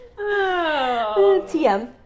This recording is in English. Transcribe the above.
TM